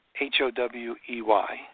H-O-W-E-Y